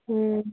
ਹੂੰ